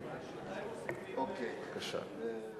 בבקשה.